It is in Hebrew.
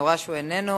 אני רואה שהוא איננו,